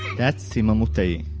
that's sima muta'ii.